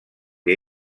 que